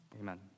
Amen